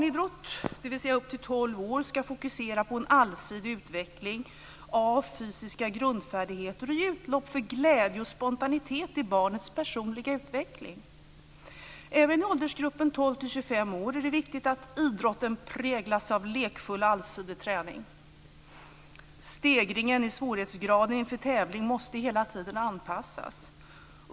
Idrott för barn upp till tolv år ska fokusera på en allsidig utveckling av fysiska grundfärdigheter och ge utlopp för glädje och spontanitet i barnets personliga utveckling. Även när det gäller åldersgruppen 12-25 år är det viktigt att idrotten präglas av en lekfull och allsidig träning. Stegringen i svårighetsgrader inför tävling måste hela tiden anpassas.